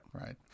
Right